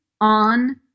on